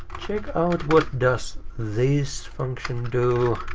check out what does this function do.